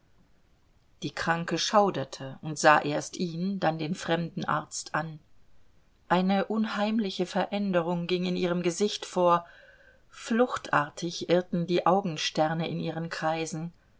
die kranke schauderte und sah erst ihn dann den fremden arzt an eine unheimliche veränderung ging in ihrem gesicht vor fluchtartig irrten die augensterne in ihren kreisen